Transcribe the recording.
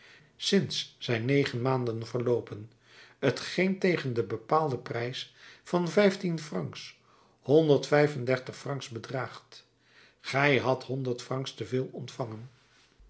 sinds zijn negen maanden verloopen t geen tegen den bepaalden prijs van vijftien francs honderd vijf en dertig francs bedraagt gij hadt honderd francs te veel ontvangen